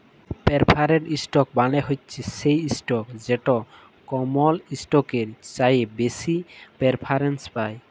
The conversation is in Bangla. পেরফারেড ইসটক মালে হছে সেই ইসটক যেট কমল ইসটকের চাঁঁয়ে বেশি পেরফারেলস পায়